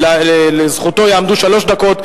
ולזכותו יעמדו שלוש דקות.